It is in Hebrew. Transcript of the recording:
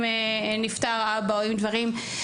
אם נפטר אבא או דברים אחרים,